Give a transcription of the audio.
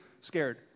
scared